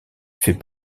fait